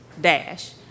dash